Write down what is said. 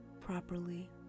properly